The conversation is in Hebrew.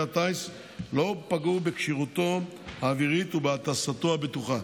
הטיס לא פגעו בכשירותו האווירית ובהטסתו הבטוחה.